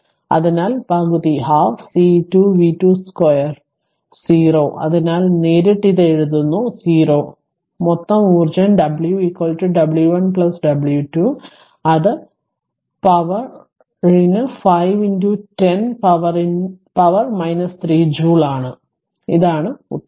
അതിനാൽ പകുതി C2 v22 0 അതിനാൽ നേരിട്ട് ഇത് എഴുതുന്നു 0 അതിനാൽ മൊത്തം ഊർജ്ജം w w 1 w 2 അത് പവറിന് 5 10 പവറിന്റെ 3 ജൂൾ ആണ് ഇതാണ് മൂല്യം